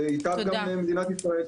ואיתם גם מדינת ישראל.